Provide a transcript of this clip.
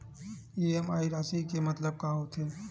EMI राशि के मतलब का होथे?